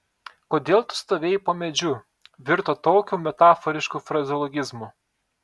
kodėl tu stovėjai po medžiu virto tokiu metaforišku frazeologizmu